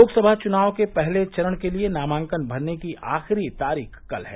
लोकसभा चुनाव के पहले चरण के लिए नामांकन भरने की आखिरी तारीख कल है